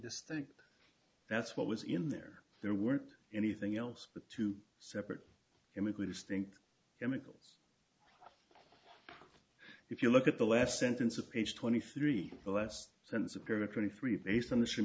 distinct that's what was in there there weren't anything else but two separate immigrated stink chemicals if you look at the last sentence of page twenty three the last sentence appeared a twenty three based on